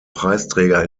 preisträger